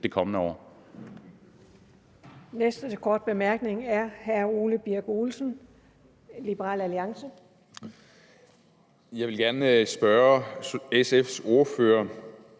det kommende år.